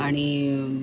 आणि